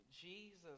Jesus